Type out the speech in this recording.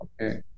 Okay